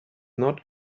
not